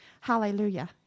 Hallelujah